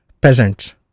peasants